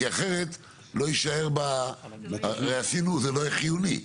כי אחרת לא יישאר, הרי עשינו, זה לא יהיה חיוני.